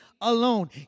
alone